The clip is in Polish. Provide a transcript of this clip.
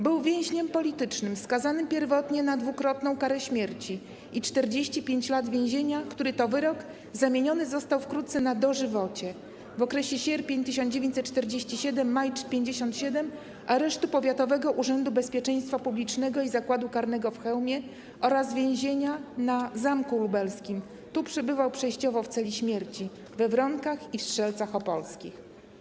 Był więźniem politycznym, skazanym pierwotnie na dwukrotną karę śmierci i 45 lat więzienia, który to wyrok zamieniony został wkrótce na dożywocie, w okresie sierpień 1947 r. - maj 1957 r. aresztu Powiatowego Urzędu Bezpieczeństwa Publicznego i Zakładu Karnego w Chełmie oraz więzień na Zamku Lubelskim - tu przebywał przejściowo w celi śmierci - we Wronkach i w Strzelcach Opolskich.